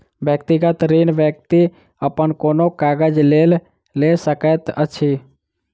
व्यक्तिगत ऋण व्यक्ति अपन कोनो काजक लेल लऽ सकैत अछि